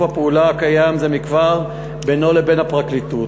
הפעולה הקיים זה מכבר בינו לבין הפרקליטות,